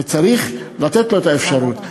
וצריך לתת לו את האפשרות,